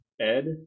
Ed